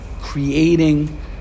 creating